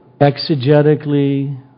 exegetically